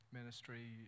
ministry